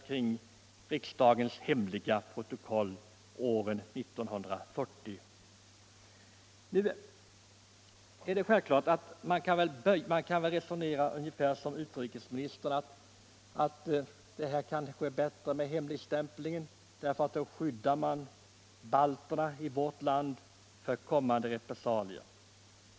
Varför kan inte detta också gälla handlingarna kring baltutlämningen 1946? Naturligtvis kan man resonera ungefär som utrikesministern och säga, 105 att här är det kanske bättre med hemligstämplingen, för den skyddar balterna i vårt land för eventuella repressalier.